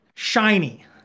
shiny